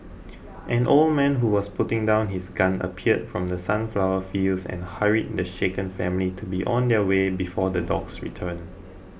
an old man who was putting down his gun appeared from the sunflower fields and hurried the shaken family to be on their way before the dogs return